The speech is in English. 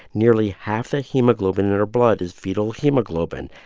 nearly half the hemoglobin in her blood is fetal hemoglobin.